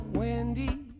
Wendy